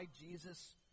Jesus